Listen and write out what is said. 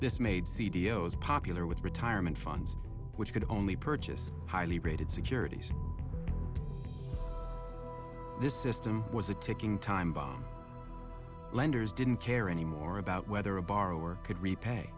this made c d o is popular with retirement funds which could only purchase highly rated securities this system was a ticking time bomb lenders didn't care any more about whether a borrower could repay